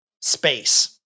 space